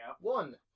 One